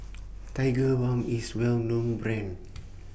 Tigerbalm IS A Well known Brand